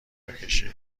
بکشی